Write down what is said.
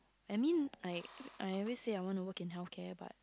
I mean I I always say I wanna work in healthcare but